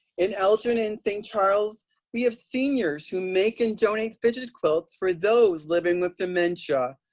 in elgin and st. charles we have seniors who make and donate fidget quilts for those living with dementia.